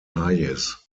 hayes